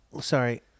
Sorry